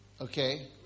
Okay